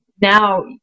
now